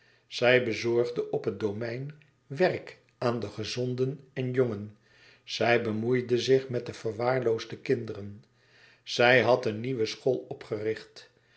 zij bezorgde op het domein werk aan de gezonden en jongen zij bemoeide zich met de verwaarloosde kinderen zij had een nieuwe school opgericht